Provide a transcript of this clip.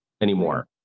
anymore